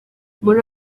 muri